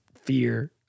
fear